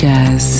Jazz